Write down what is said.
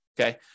Okay